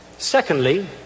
Secondly